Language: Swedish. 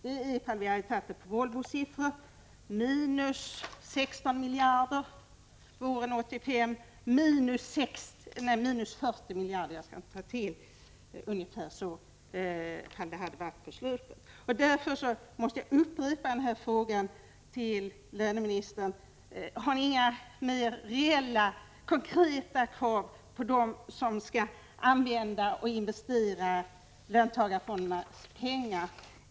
Om vi hade tagit Volvos siffror hade det visat sig vara minus 16 miljarder våren 1985 och ca minus 40 miljarder på slutet. Därför måste jag upprepa frågan till löneministern: Har ni inga mer reella, konkreta krav på dem som skall använda och investera löntagarfondernas pengar?